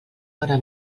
hora